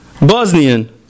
Bosnian